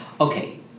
okay